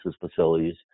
facilities